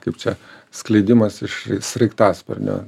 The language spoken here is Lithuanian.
kaip čia skleidimas iš sraigtasparnio